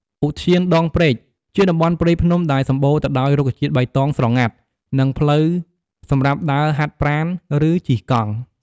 ឧទ្យានដងព្រែក ជាតំបន់ព្រៃភ្នំដែលសម្បូរទៅដោយរុក្ខជាតិបៃតងស្រងាត់ និងផ្លូវសម្រាប់ដើរហាត់ប្រាណ ឬជិះកង់។